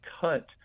cut